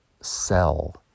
sell